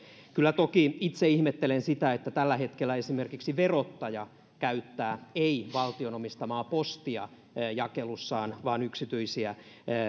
kyllä toki itse ihmettelen sitä että tällä hetkellä esimerkiksi verottaja ei käytä jakelussaan valtion omistamaa postia vaan yksityisiä